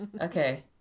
Okay